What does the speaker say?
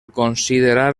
considerar